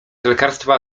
lekarstwa